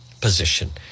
position